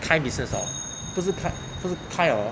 try business hor 不是 pluc~ 不是 ply or